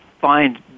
find